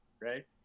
right